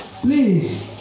please